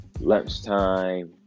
lunchtime